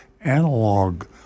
analog